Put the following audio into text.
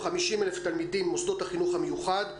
50,000 תלמידים במוסדות החינוך המיוחד.